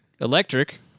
Electric